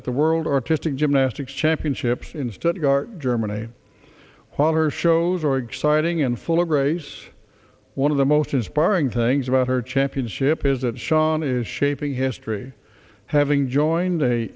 at the world artistic gymnastics championships instead of germany holler shows are exciting and full of grace one of the most inspiring things about her championship is that sean is shaping history having joined a